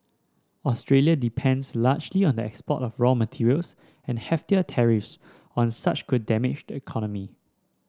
Australia depends largely on the export of raw materials and heftier tariffs on such could damage the economy